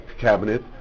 cabinet